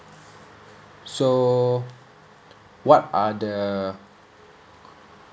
so what are the